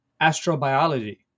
astrobiology